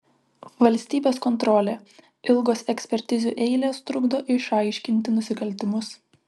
valstybės kontrolė ilgos ekspertizių eilės trukdo išaiškinti nusikaltimus